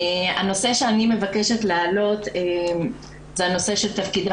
הנושא שאני מבקשת להעלות הוא הנושא של תפקידה